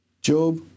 Job